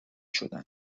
شدن